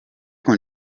con